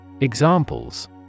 Examples